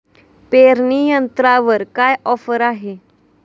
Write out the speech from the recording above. पेरणी यंत्रावर काय ऑफर आहे?